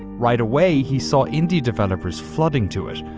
right away he saw indie developers flooding to it.